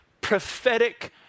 prophetic